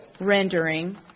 rendering